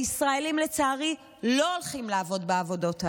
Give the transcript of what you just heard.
הישראלים לצערי לא הולכים לעבוד בעבודות האלה.